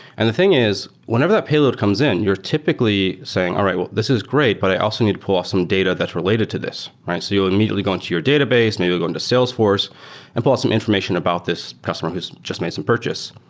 and the thing is whenever that payload comes in, you're typically saying, all right. well, this is great, but i also need to pull off some data that's related to this. so you'll immediately go into your database. maybe you'll go into salesforce and pull out some information about this customer who's just made some purchase.